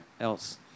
else